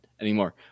anymore